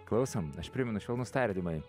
klausom aš primenu švelnūs tardymai